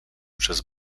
przez